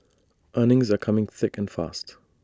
earnings are coming thick and fast